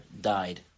died